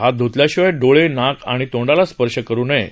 हात ध्तल्याशिवाय डोळे नाक आणि तोंडाला स्पर्श करु नये